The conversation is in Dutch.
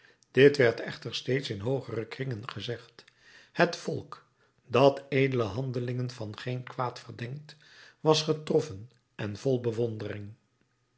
dit werd echter slechts in hoogere kringen gezegd het volk dat edele handelingen van geen kwaad verdenkt was getroffen en vol bewondering